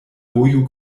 vojo